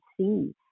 see